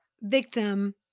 victim